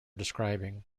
describing